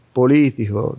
politico